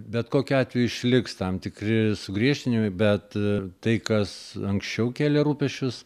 bet kokiu atveju išliks tam tikri sugriežtinimai bet tai kas anksčiau kėlė rūpesčius